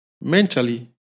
mentally